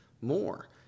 more